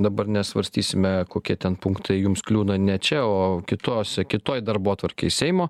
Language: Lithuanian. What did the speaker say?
dabar nesvarstysime kokie ten punktai jums kliūna ne čia o kitose kitoj darbotvarkėj seimo